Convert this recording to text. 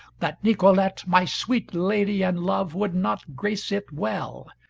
that nicolete, my sweet lady and love, would not grace it well?